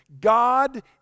God